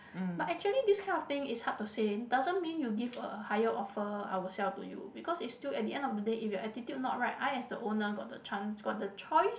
but actually this kind of thing is hard to say doesn't mean you give a higher offer I will sell to you because it's still at the end of the day if your attitude not right I as the owner got the chance got the choice